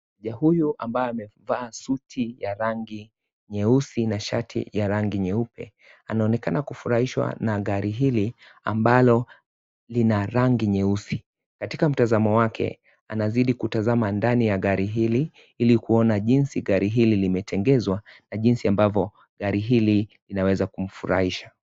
Huyu ambaye amevaa suti ya rangi nyeusi na shati ya rangi nyeupe. Anaonekana kufurahishwa na gari hili ambalo lina rangi nyeusi. Katika mtazao wake, anazidi kutazama ndani ya gari hili ili kuona jinsi gari hili limetengezwa na jinsi ambavo gari hili linaweza kumfurahisha.